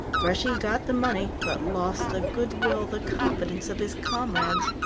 bresci got the money, but lost the good will, the confidence of his comrades.